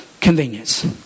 convenience